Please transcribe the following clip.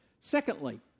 Secondly